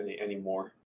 anymore